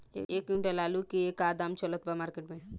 एक क्विंटल आलू के का दाम चलत बा मार्केट मे?